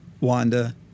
Wanda